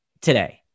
today